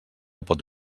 pot